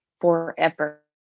forever